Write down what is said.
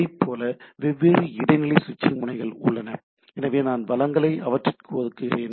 இதைப்போல வெவ்வேறு இடைநிலை சுவிட்சிங் முனைகள் உள்ளன எனவே நான் வளங்களை அவற்றிற்கு ஒதுக்குகிறேன்